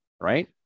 Right